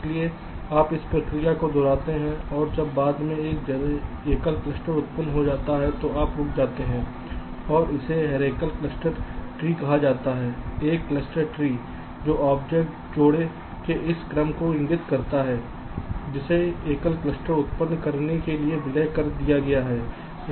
इसलिए आप इस प्रक्रिया को दोहराते हैं और जब बाद में एक एकल क्लस्टर उत्पन्न होता है तो आप रुक जाते हैं और इसे एक हेरीकल क्लस्टर ट्री कहा जाता है एक क्लस्टर ट्री जो ऑब्जेक्ट जोड़े के इस क्रम को इंगित करता है जिसे एकल क्लस्टर उत्पन्न करने के लिए विलय कर दिया गया है